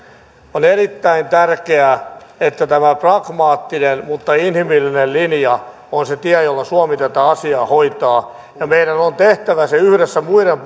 on erittäin tärkeää että tämä pragmaattinen mutta inhimillinen linja on se tie jolla suomi tätä asiaa hoitaa ja meidän on tehtävä se yhdessä muiden